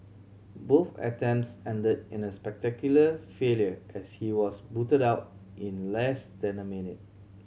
both attempts ended in a spectacular failure as he was booted out in less than a minute